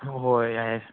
ꯍꯣꯏ ꯍꯣꯏ ꯌꯥꯏ